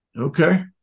Okay